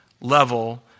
level